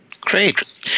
great